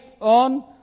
on